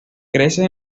crece